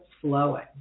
flowing